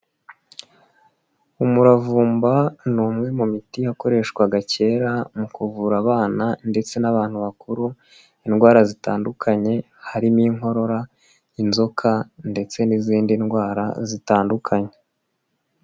Umuravumba ni umwe mu miti yakoreshwaga kera mu kuvura abana ndetse n'abantu bakuru indwara zitandukanye, harimo inkorora, inzoka ndetse n'izindi ndwara zitandukanye.